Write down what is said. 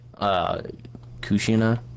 Kushina